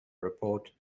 report